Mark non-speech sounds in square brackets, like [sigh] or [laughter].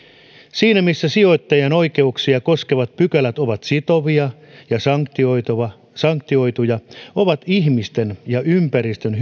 siinä missä sijoittajien oikeuksia koskevat pykälät ovat sitovia ja sanktioituja sanktioituja on ihmisten ja ympäristön [unintelligible]